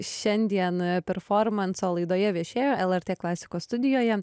šiandien performanso laidoje viešėjo lrt klasikos studijoje